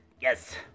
yes